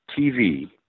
TV